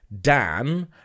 Dan